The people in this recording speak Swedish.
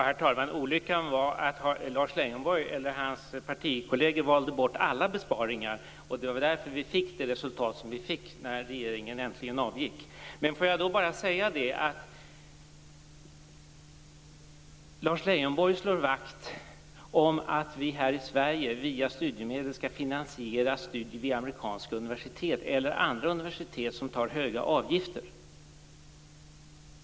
Herr talman! Olyckan bestod i att Lars Leijonborg och hans partikolleger valde bort alla besparingar. Det var därför resultatet blev som det blev när regeringen äntligen avgick. Lars Leijonborg slår vakt om att vi här i Sverige via studiemedel skall finansiera studier vid amerikanska eller andra universitet som tar höga avgifter.